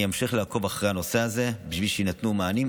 אני אמשיך לעקוב אחרי הנושא הזה בשביל שיינתנו מענים,